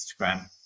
Instagram